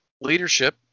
leadership